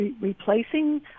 replacing